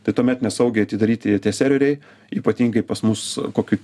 tai tuomet nesaugiai atidaryti tie serveriai ypatingai pas mus koki